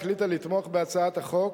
החליטה לתמוך בהצעת החוק,